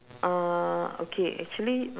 uh okay actually